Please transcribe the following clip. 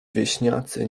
wieśniacy